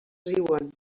riuen